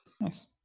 Nice